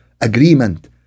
agreement